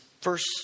first